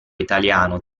italiano